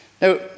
Now